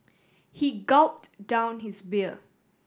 he gulped down his beer